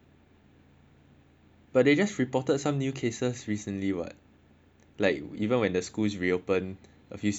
but they just reported some new cases recently [what] like even when the schools reopen a few students already kena ah